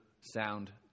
sound